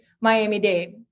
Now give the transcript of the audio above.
Miami-Dade